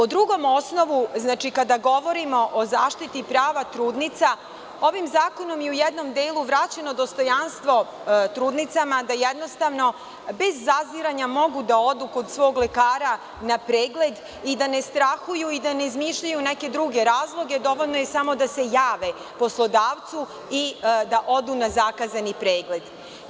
Po drugom osnovu, znači, kada govorimo o zaštiti prava trudnica, ovim zakonom u jednom delu je vraćeno dostojanstvo trudnicama da jednostavno, bez zaziranja mogu da odu kod svog lekara na pregled i da ne strahuju i da ne izmišljaju neke druge razloge, dovoljno je samo da se jave poslodavcu i da odu na zakazani pregled.